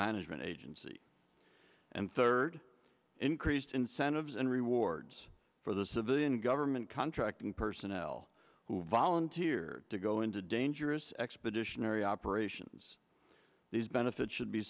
management agency and third increased incentives and rewards for the civilian government contracting personnel who volunteered to go into dangerous expeditionary operations these benefits should be